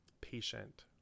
patient